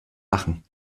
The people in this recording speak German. lachen